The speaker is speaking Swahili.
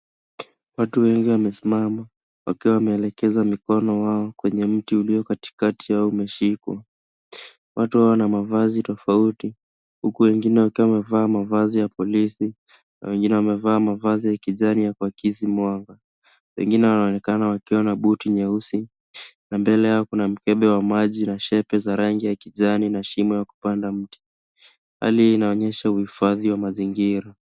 Watu wengi wamesimama wakiwa wameelekeza mikono wao kwenye mti iliokatikati au umeshikwa. Watu hao wana mavazi tofauti huku wengine wakiwa wamevaa mavazi ya polisi na wengine wamevaa mavazi ya kijani ya kuakisi mwanga. Wengine wanaonekana wakiwa na buti nyeusi na mbele yao kuna mkebe wa maji na shepe za rangi ya kijani na shimo ya kupanda mti. Hali hii inaonyesha uhifadhi wa mazingira.